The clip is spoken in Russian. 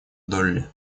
долли